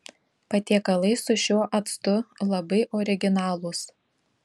patiekalai su šiuo actu labai originalūs